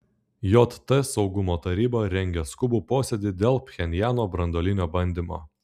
jt saugumo taryba rengia skubų posėdį dėl pchenjano branduolinio bandymo